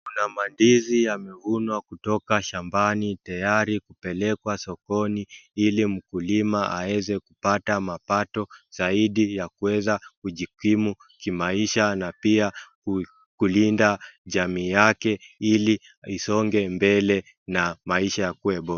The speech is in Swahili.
Kuna mandizi yamevunwa kutoka shambani tayari kupelekwa sokoni, ili mkulima aweze kupata mapato zaidi ya kuweza kujikimu kimaisha na pia kulinda jamii yake ili isonge mbele na maisha yakuwe bora.